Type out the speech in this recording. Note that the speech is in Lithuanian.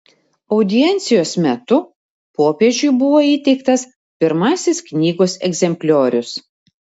audiencijos metu popiežiui buvo įteiktas pirmasis knygos egzempliorius